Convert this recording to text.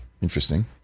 interesting